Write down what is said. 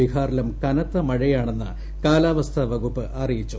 ബീഹാറിലും കനത്ത മഴയാണെന്ന് കാലാവസ്ഥാവകുപ്പ് അറിയിച്ചു